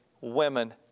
women